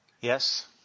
Yes